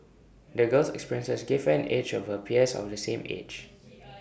the girl's experiences gave her an edge over her peers of the same age